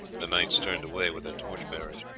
the knights turned away with their torch-bearers.